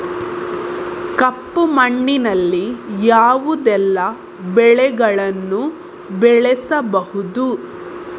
ಕಪ್ಪು ಮಣ್ಣಿನಲ್ಲಿ ಯಾವುದೆಲ್ಲ ಬೆಳೆಗಳನ್ನು ಬೆಳೆಸಬಹುದು?